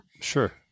Sure